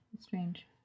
strange